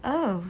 oh